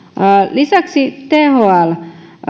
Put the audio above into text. lisäksi thl